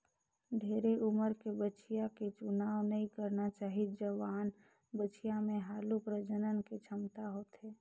ढेरे उमर के बछिया के चुनाव नइ करना चाही, जवान बछिया में हालु प्रजनन के छमता होथे